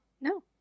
no